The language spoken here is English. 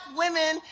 women